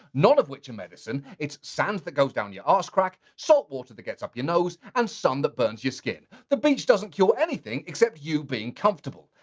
none of which are medicine. it's sand that goes down your ah ass-crack, salt water that gets up your nose, and sun that burns your skin. the beach doesn't cure anything except you being comfortable.